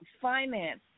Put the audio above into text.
finance